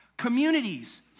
Communities